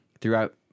throughout